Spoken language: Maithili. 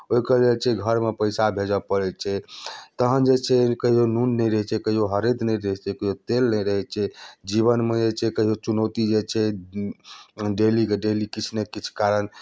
ओहिके जे छै घरमे पैसा भेजय पड़ै छै तखन जे छै कहियो नून नहि रहै छै कहियो हरदि नहि रहै छै कहियो तेल नहि रहै छै जीवनमे जे छै कहियो चुनौती जे छै डेलीके डेली किछु ने किछु कारण